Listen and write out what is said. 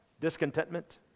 discontentment